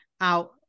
out